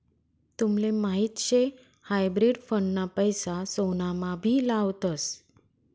तुमले माहीत शे हायब्रिड फंड ना पैसा सोनामा भी लावतस